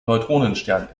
neutronenstern